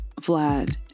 Vlad